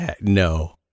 No